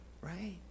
Right